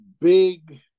big